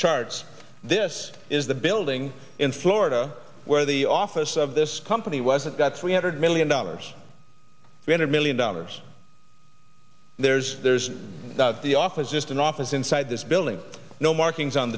charts this is the building in florida where the office of this company was it got three hundred million dollars three hundred million dollars there's there's the office just an office inside this building no markings on